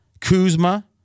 Kuzma